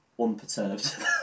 unperturbed